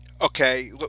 Okay